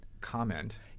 comment